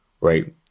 right